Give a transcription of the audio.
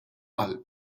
qalb